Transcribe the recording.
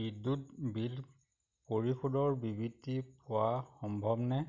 বিদ্যুৎ বিল পৰিশোধৰ বিবৃতি পোৱা সম্ভৱনে